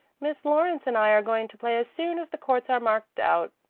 miss lawrence and i are going to play as soon as the courts are marked out.